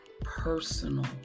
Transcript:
personal